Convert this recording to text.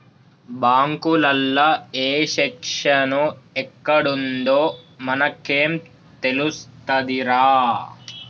బాంకులల్ల ఏ సెక్షను ఎక్కడుందో మనకేం తెలుస్తదిరా